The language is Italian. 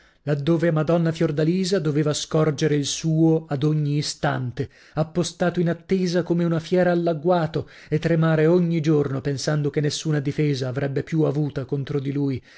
laddove madonna fiordalisa doveva scorgere il suo ad ogni istante appostato in attesa come una fiera all'agguato e tremare ogni giorno pensando che nessuna difesa avrebbe più avuta contro di lui